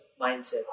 mindset